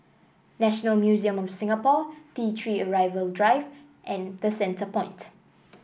National Museum of Singapore T Three Arrival Drive and The Centrepoint